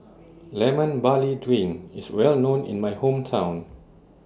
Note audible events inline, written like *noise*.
*noise* Lemon Barley Drink IS Well known in My Hometown